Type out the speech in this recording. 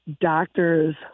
doctor's